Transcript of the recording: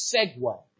segue